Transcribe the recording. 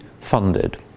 funded